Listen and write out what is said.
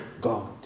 God